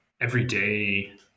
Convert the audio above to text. everyday